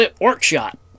workshop